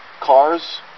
cars